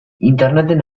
interneten